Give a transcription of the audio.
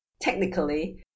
Technically